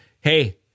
Hey